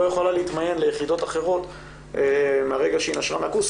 לא יכולה להתמיין ליחידות אחרות מהרגע שהיא נשרה מהקורס,